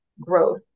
growth